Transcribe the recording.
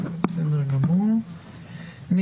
לבחון הרחבה של הנסיבה הזאת גם למקרים אחרים